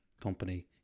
company